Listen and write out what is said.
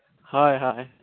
ᱦᱳᱭ ᱦᱳᱭ